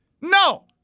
No